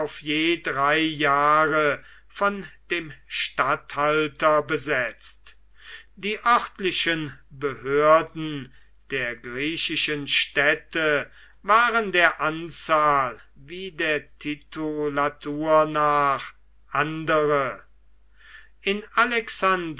je drei jahre von dem statthalter besetzt die örtlichen behörden der griechischen städte waren der anzahl wie der titulatur nach andere in